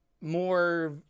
more